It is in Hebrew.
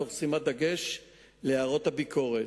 תוך שימת דגש בהערות הביקורת.